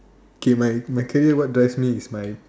K my career what drives me is my